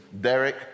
Derek